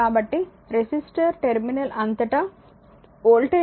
కాబట్టి resistor terminal అంతటా voltage వ్యత్యాసం ఎంత